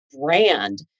brand